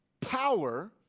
Power